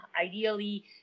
ideally